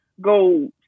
go